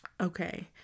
Okay